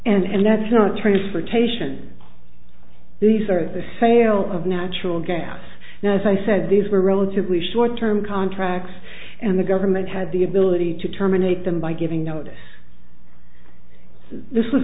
yes and that's not transportation these are the sales of natural gas now as i said these were relatively short term contracts and the government had the ability to terminate them by giving notice this was